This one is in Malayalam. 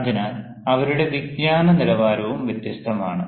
അതിനാൽ അവരുടെ വിജ്ഞാന നിലവാരവും വ്യത്യസ്തമാണ്